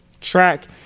track